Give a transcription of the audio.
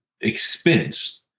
expense